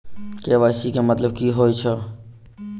KYC केँ मतलब की होइ छै?